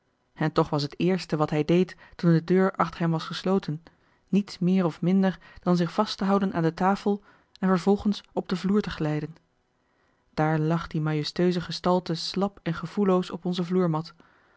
en toch was het eerste wat hij deed toen de deur achter hem was gesloten niets meer of minder dan zich vast te houden aan de tafel en vervolgens op den vloer te glijden daar lag die majestueuse gestalte slap en gevoelloos op onze vloermat